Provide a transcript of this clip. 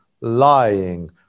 lying